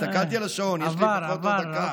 הסתכלתי על השעון, יש לי לפחות עוד דקה.